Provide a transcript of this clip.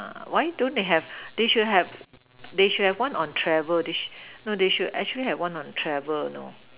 ah why don't they have they should have they should have one on travel they sh~ no they should actually have one on travel you know